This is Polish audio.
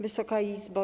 Wysoka Izbo!